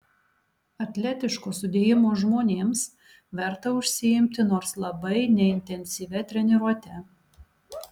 atletiško sudėjimo žmonėms verta užsiimti nors labai neintensyvia treniruote